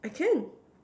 I can